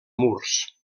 murs